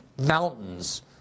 mountains